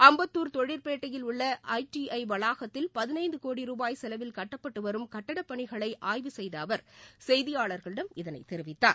அம்பத்தூர் தொழிற்பேட்டையில் உள்ளஐடிஐவளாகத்தில் பதினைந்துகோடி ரூபாய் செலவில் கட்டப்பட்டுவரும் கட்டப் பணிகளைஆய்வு செய்தஅவர் செய்தியாளர்களிடம் இதனைத் தெரிவித்தார்